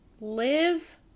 Live